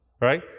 right